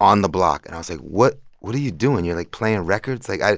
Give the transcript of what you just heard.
on the block. and i was like, what what are you doing? you're, like, playing records? like. i